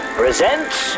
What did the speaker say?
presents